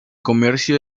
comercio